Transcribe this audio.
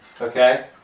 Okay